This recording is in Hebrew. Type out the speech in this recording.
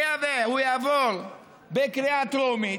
היה והוא יעבור בקריאה טרומית,